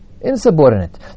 Insubordinate